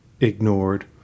ignored